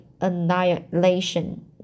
annihilation